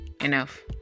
enough